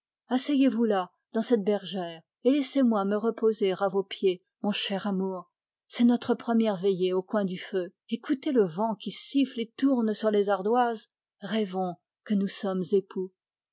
asseyez-vous là dans cette bergère et laissez-moi me reposer à vos pieds fanny mon cher amour c'est notre première veillée au coin du feu écoutez le vent qui siffle et tourne sur les ardoises rêvons que nous sommes époux